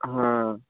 হ্যাঁ